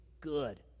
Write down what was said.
good